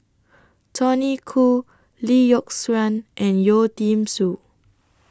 Tony Khoo Lee Yock Suan and Yeo Tiam Siew